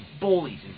bullies